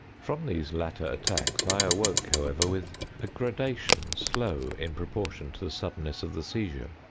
from these latter attacks i awoke, however, with a gradation slow in proportion to the suddenness of the seizure.